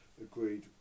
agreed